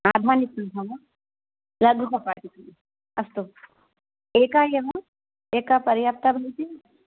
वा लघुकपाटि अस्तु एका एव एका पर्याप्ता भवति